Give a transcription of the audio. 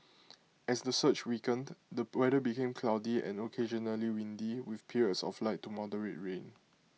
as the surge weakened the weather became cloudy and occasionally windy with periods of light to moderate rain